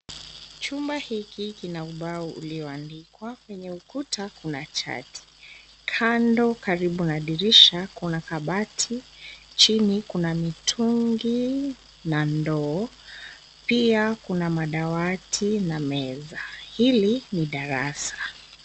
Chumba hiki kina ubao ulioandikwa. Kwenye ukuta kuna chati. Kando karibu na dirisha kuna kabati. Chini kuna mitungi na ndoo. Pia kuna madawati na meza. Hili ni darasa.